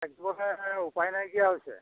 মানে উপায় নাইকিয়া হৈছে